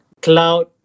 Cloud